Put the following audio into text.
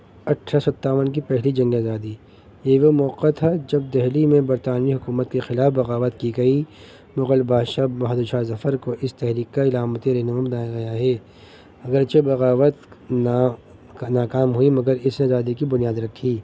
اٹھارہ ستاون کی پہلی جن آزادی یہ وہ موقع تھا جب دہلی میں برطانوی حکومت کے خلاف بغاوت کی گئی مغل بادشاہ بہادر شاہ ظفر کو اس تحریک کا علامت رنم داگا گیا ہے اگر چہ بغاوت نا ناکام ہوئی مگر اس آزادی کی بنیاد رکھی